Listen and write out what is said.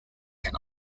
can